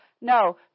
No